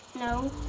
no.